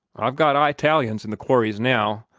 i've got eyetalians in the quarries now.